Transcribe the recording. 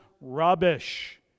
rubbish